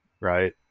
right